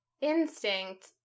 instinct